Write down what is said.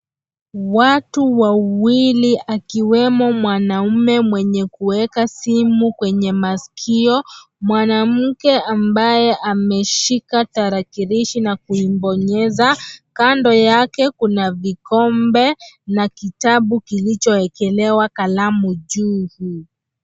Watu wawili akiwemo mwanaume mwenye kuweka simu kwenye maskio, mwanamke ambaye ameshika tarakilishi na kuibonyeza, kando yake kuna vikombe na kitabu kilichoekelewa kalamu juu.